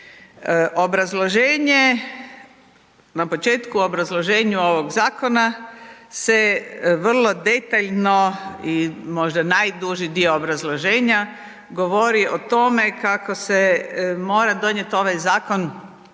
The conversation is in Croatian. Obrazloženje na početku u obrazloženju ovog zakona se vrlo detaljno i možda najduži dio obrazloženja govori o tome kako se mora donijeti ovaj zakon